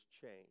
change